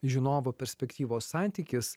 iš žinovo perspektyvos santykis